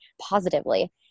positively